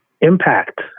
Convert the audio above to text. Impact